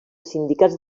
sindicats